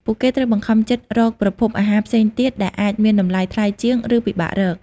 ពួកគេត្រូវបង្ខំចិត្តរកប្រភពអាហារផ្សេងទៀតដែលអាចមានតម្លៃថ្លៃជាង ឬពិបាករក។